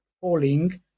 falling